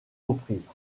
reprises